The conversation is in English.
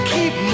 Keep